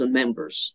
members